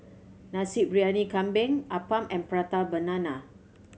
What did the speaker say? Nasi Briyani Kambing appam and Prata Banana